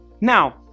Now